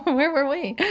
but where were we? yeah